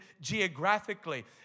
geographically